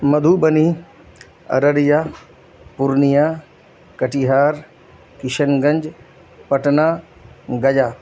Madhubani Araria Purnia Katihar Kishanganj Patna گیا